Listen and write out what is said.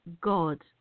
God